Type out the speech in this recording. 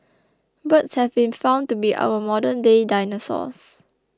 birds have been found to be our modernday dinosaurs